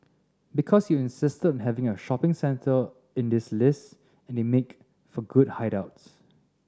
because you insisted on having a shopping centre in this list and they make for good hideouts